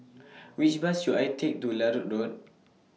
Which Bus should I Take to Larut Road